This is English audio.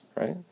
right